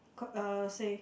could uh say